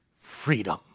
freedom